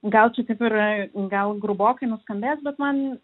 gal čia taip ir gal grubokai nuskambės bet man